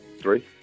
Three